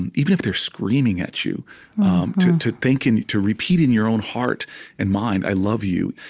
and even if they're screaming at you to to think, and to repeat, in your own heart and mind, i love you,